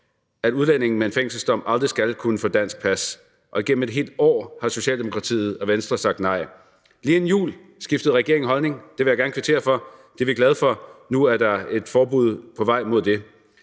at udlændinge med en fængselsdom aldrig skal kunne få dansk pas, og igennem et helt år har Socialdemokratiet og Venstre sagt nej. Lige inden jul skiftede regeringen holdning, og det vil jeg gerne kvittere for, og det er vi glade for. Nu er der et forbud på vej mod det.